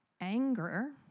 anger